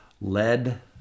Lead